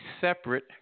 separate